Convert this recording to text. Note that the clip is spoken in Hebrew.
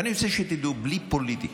אני רוצה שתדעו, בלי פוליטיקה,